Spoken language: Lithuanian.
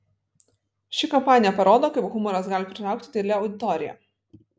ši kampanija parodo kaip humoras gali pritraukti didelę auditoriją